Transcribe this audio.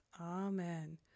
Amen